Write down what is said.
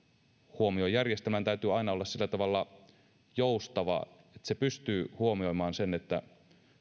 huomioon järjestelmän täytyy aina olla sillä tavalla joustava että se pystyy huomioimaan sen että